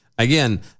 Again